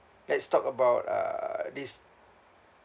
let's talk about uh this